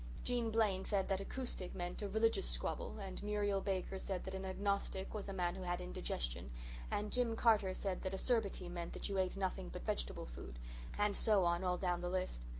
jean blane said that acoustic meant a religious squabble and muriel baker said that an agnostic was a man who had indigestion and jim carter said that acerbity meant that you ate nothing but vegetable food and so on all down the list.